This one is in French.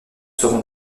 seront